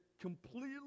completely